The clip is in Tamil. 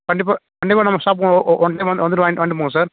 கண்டிப்பாக நம்ம ஷாப்புக்கு ஓ ஓ உடனே வந்து வாங்கிட்டு போங்க சார்